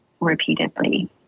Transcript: repeatedly